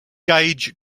gauge